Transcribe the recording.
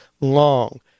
long